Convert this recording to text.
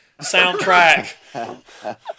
soundtrack